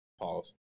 pause